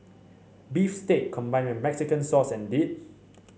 beef steak combined with Mexican sauce and dip